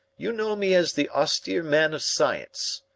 you know me as the austere man of science.